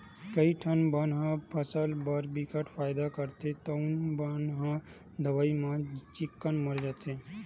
कइठन बन ह फसल बर बिकट फायदा करथे तउनो बन ह दवई म चिक्कन मर जाथे